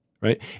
right